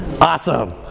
awesome